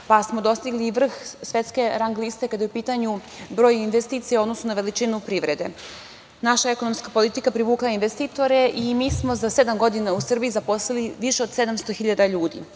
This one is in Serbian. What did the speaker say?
pa smo dostigli i vrh svetske rang liste kada je u pitanju broj investicija u odnosu na veličinu privrede. Naša ekonomska politika privukla je investitore i mi smo za sedam godina u Srbiji zaposlili više od 700 hiljada